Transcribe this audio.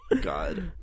God